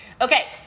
Okay